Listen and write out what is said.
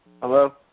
hello